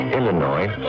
Illinois